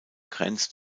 grenze